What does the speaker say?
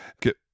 get